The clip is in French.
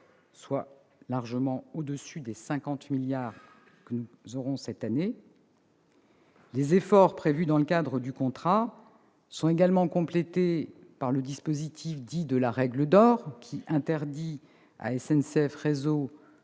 soit largement au-dessus des 50 milliards d'euros que nous atteindrons cette année. Les efforts prévus dans le cadre du contrat sont également complétés par le dispositif dit de la « règle d'or », qui interdit à SNCF Réseau